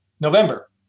November